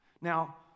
Now